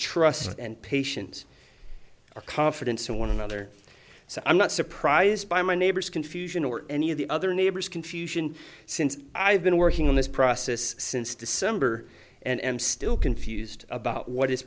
trust and patient confidence in one another so i'm not surprised by my neighbor's confusion or any of the other neighbor's confusion since i've been working on this process since december and still confused about what is